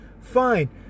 Fine